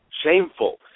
shameful